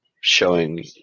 Showing